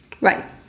Right